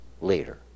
later